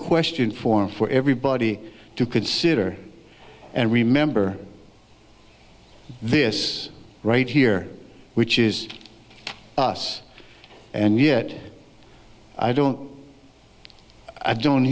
question form for everybody to consider and remember this right here which is us and yet i don't i don't